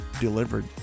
delivered